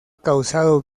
causado